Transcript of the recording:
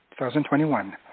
2021